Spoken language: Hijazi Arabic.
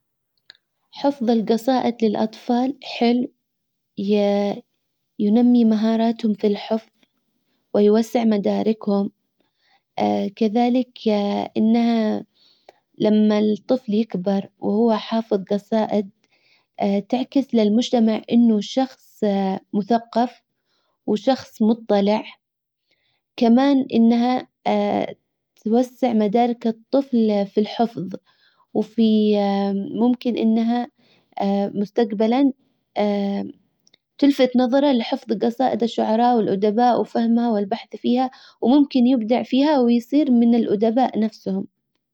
حفظ الجصائد للاطفال حلو ينمي مهاراتهم في الحفظ ويوسع مداركهم كذلك انها لما الطفل يكبر وهو حافظ جصائد تعكس للمجتمع انه شخص مثقف وشخص مطلع كمان انها توسع مدارك الطفل في الحفظ وفي ممكن انها مستقبلا تلفت نظره لحفظ جصائد الشعراء والادباء وفهمها والبحث فيها وممكن يبدع ويصير من الادباء نفسهم.